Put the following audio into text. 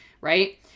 right